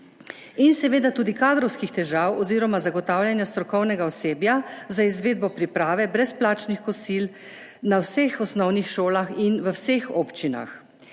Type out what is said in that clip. seveda pa tudi kadrovskih težav oziroma zagotavljanja strokovnega osebja za izvedbo priprave brezplačnih kosil na vseh osnovnih šolah in v vseh občinah.